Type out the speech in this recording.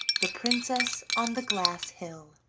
the princess on the glass hill